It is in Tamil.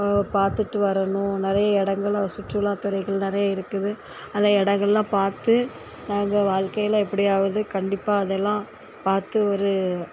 பார்த்துட்டு வரணும் நெறைய இடங்களும் சுற்றுலா துறைகள் நெறையா இருக்குது அதே இடங்கள்லாம் பார்த்து நாங்கள் வாழ்க்கையில எப்படியாவது கண்டிப்பாக அதெல்லாம் பார்த்து ஒரு